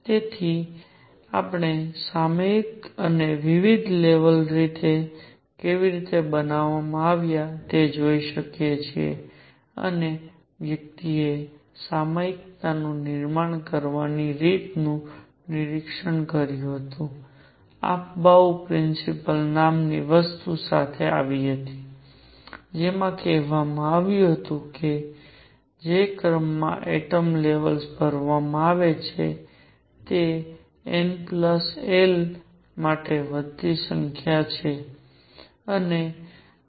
તેથી આપણે સામયિકતા અથવા વિવિધ લેવલ કેવી રીતે બનાવવામાં આવે છે તે જોઈ શકિયે છીએ અને વ્યક્તિએ સામયિકતાનું નિર્માણ કરવાની રીતનું પણ નિરીક્ષણ કર્યું હતું અને અફબાઉ પ્રિન્સિપલ નામની વસ્તુ સાથે આવી હતી જેમાં કહેવામાં આવ્યું હતું કે જે ક્રમમાં એટમ લેવેલ્સ ભરવામાં આવે છે તે n l માટે વધતી સંખ્યામાં છે